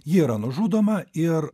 ji yra nužudoma ir